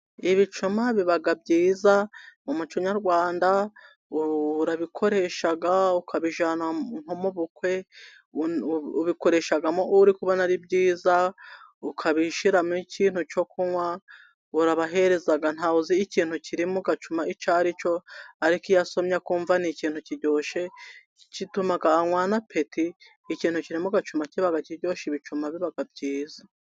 Ibicuma biba byiza. Mu muco nyarwanda urabikoresha, ukabijyana nko mu bukwe. Ubikoresha uri kubona ari byiza. Ukabishyiramo ikintu cyo kunywa ukabahereza, ntawe uzi ikintu kiri mu gacuma icyo aricyo, ariko iyo asomye akumva ni ikintu kiryoshye, bituma anywana apeti. Ikintu kiri mu gacuma kiba kiryosha ibicuma biba byiza.